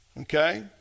Okay